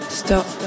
stop